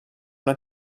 una